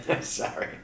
Sorry